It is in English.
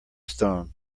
stone